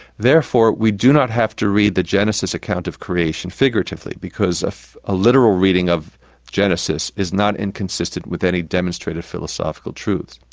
therefore, we do not have to read the genesis account of creation figuratively, because a ah literal reading of genesis is not inconsistent with any demonstrated philosophical truths.